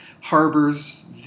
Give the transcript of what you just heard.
harbors